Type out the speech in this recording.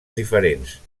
diferents